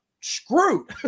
screwed